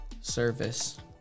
service